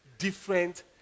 different